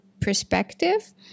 perspective